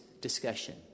discussion